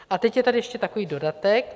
A teď je tady ještě takový dodatek.